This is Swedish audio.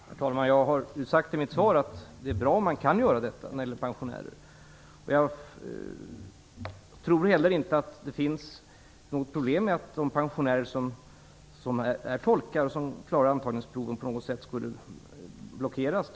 Herr talman! Jag har sagt i mitt svar att det är bra om man kan låta pensionärer göra detta. Jag tror heller inte att de pensionärer som är tolkar och som klarar antagningsproven på något sätt skulle blockeras.